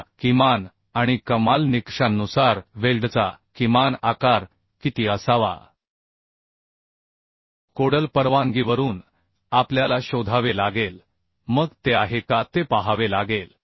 आता किमान आणि कमाल निकषांनुसार वेल्डचा किमान आकार किती असावा कोडल परवानगीवरून आपल्याला शोधावे लागेल मग ते आहे का ते पाहावे लागेल